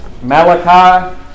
Malachi